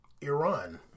Iran